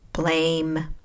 blame